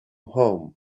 home